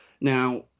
Now